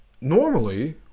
normally